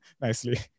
nicely